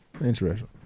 interesting